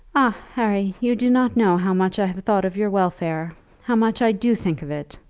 ah, harry you do not know how much i have thought of your welfare how much i do think of it.